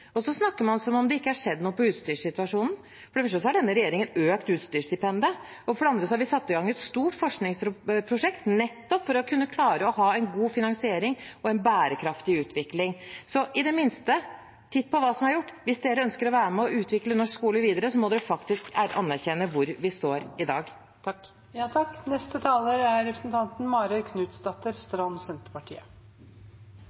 Så snakker man som om det ikke har skjedd noe på utstyrssituasjonen. For det første har denne regjeringen økt utstyrsstipendet, og for det andre har vi satt i gang et stort forskningsprosjekt, nettopp for å kunne klare å ha en god finansiering og en bærekraftig utvikling. Så, i det minste: Titt på hva som er gjort. Hvis dere ønsker å være med og utvikle norsk skole videre, må dere faktisk anerkjenne hvor vi står i dag.